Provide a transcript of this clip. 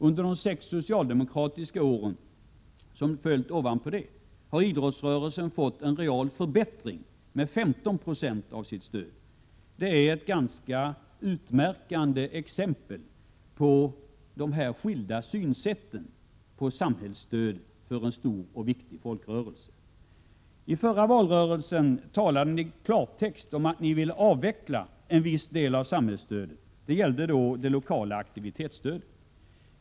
Under de sex socialdemokratiska åren som följt har idrottsrörelsen fått en real förbättring med 15 96 av stödet. Det är ett ganska talande exempel på de skilda synsätten när det gäller samhällsstöd för en stor och viktig folkrörelse. I den förra valrörelsen talade ni i klartext om, att ni ville avveckla en viss del av samhällsstödet. Det gällde då det lokala aktivitetsstödet.